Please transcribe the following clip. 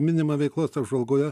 minimą veiklos apžvalgoje